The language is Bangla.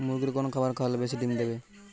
মুরগির কোন খাবার খাওয়ালে বেশি ডিম দেবে?